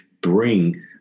bring